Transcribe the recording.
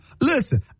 Listen